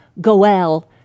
Goel